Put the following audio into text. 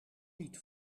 niet